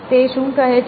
તે શું કહે છે